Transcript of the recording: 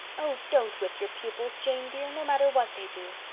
oh, don't whip your pupils, jane dear, no matter what they do.